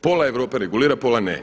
Pola Europe regulira pola ne.